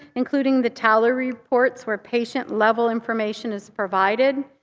including the tally reports where patient-level information is provided,